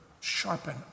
sharpen